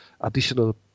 additional